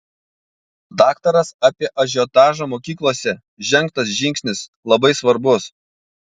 daktaras apie ažiotažą mokyklose žengtas žingsnis labai svarbus